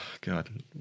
God